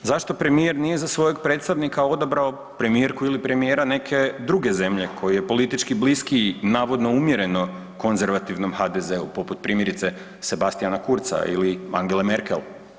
Zašto premijer nije za svojeg predstavnika odabrao premijerku ili premijera neke druge zemlje koji je politički bliskiji navodno umjereno konzervativnom HDZ-u poput primjerice Sebastiana Kurza ili Angele Merkel?